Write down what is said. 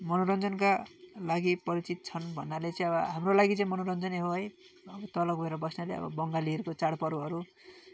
मनोरञ्जनका लागि परिचित क्षण भन्नाले चाहिँ अब हाम्रो लागि चाहिँ मनोरञ्जनै हो है अब तल गोएर बस्नाले अब बङ्गालीहरूको चाड पर्वहरू